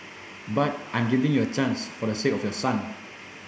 but I'm giving you a chance for the sake of your son